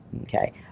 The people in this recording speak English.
Okay